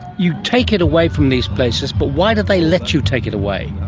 you take it away from these places but why do they let you take it away?